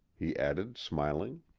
he added, smiling.